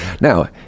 now